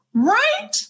Right